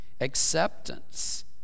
Acceptance